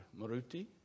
Maruti